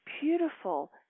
beautiful